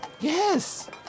Yes